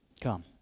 come